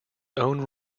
own